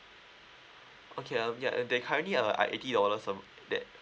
okay um ya and they currently uh are eighty dollars a mo~ that